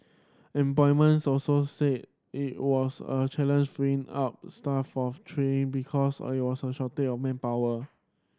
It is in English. employments also said it was a challenge freeing up staff off training because a shortage of manpower